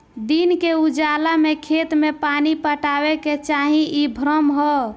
दिन के उजाला में खेत में पानी पटावे के चाही इ भ्रम ह